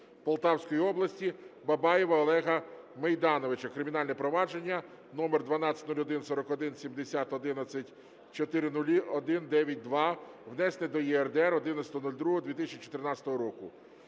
Полтавської області Бабаєва Олега Мейдановича - кримінальне провадження номер 12014170110000192, внесене до ЄРДР 11.02.2014